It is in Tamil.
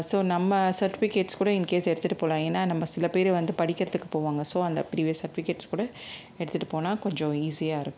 ஸோ நம்ம சர்ட்டிவிகேட்ஸ் கூட இன்கேஷ் எடுத்துகிட்டு போகலாம் ஏன்னா நம்ப சில பேர் வந்து படிக்கிறதுக்கு போவாங்க ஸோ அந்த ப்ரீவியஸ் சர்ட்டிவிகேட்ஸ் கூட எடுத்துட்டு போனா கொஞ்சம் ஈஸியாக இருக்கும்